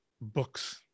books